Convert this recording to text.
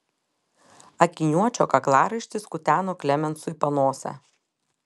akiniuočio kaklaraištis kuteno klemensui panosę